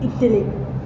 Italy